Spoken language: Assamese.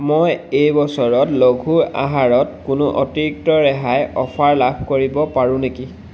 মই এই বছৰত লঘু আহাৰত কোনো অতিৰিক্ত ৰেহাইৰ অফাৰ লাভ কৰিব পাৰোঁ নেকি